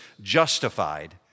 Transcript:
justified